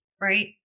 Right